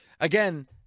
Again